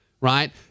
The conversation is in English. right